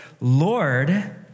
Lord